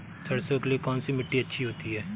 सरसो के लिए कौन सी मिट्टी अच्छी होती है?